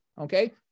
okay